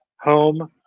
home